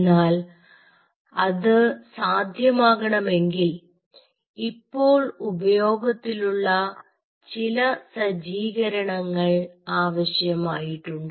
എന്നാൽ അത് സാധ്യമാകണമെങ്കിൽ ഇപ്പോൾ ഉപയോഗത്തിലുള്ള ചില സജ്ജീകരണങ്ങൾ ആവശ്യം ആയിട്ടുണ്ട്